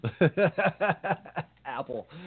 Apple